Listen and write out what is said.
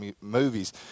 movies